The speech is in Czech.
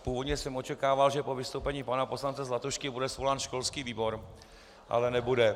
Původně jsem očekával, že po vystoupení pana poslance Zlatušky bude svolán školský výbor, ale nebude.